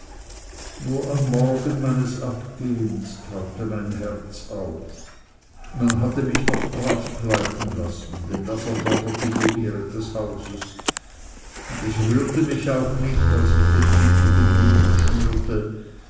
nur am morgen meines abgehens taute mein herz auf man hatte mich noch brav kleiden lassen denn das erforderte die ehre des hauses und es rührte mich auch nicht als ich den tüchtigen bündel schnürte